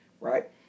right